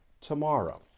tomorrow